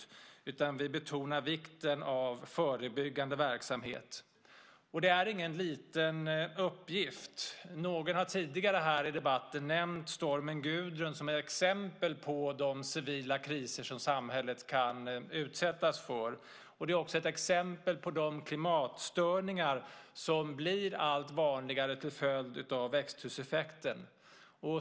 I stället betonar vi vikten av förebyggande verksamhet. Och det är ingen liten uppgift. Någon har tidigare här i debatten nämnt stormen Gudrun, som är ett exempel på de civila kriser som samhället kan utsättas för och också ett exempel på de klimatstörningar som blir allt vanligare till följd av växthuseffekten.